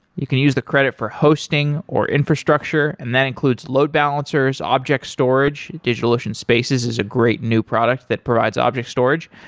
you can use the credit for hosting, or infrastructure and that includes load balancers, object storage, digitalocean spaces is a great new product that provides object storage,